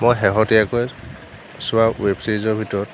মই শেহতীয়াকৈ চোৱা ৱেব চিৰিজৰ ভিতৰত